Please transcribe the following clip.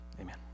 Amen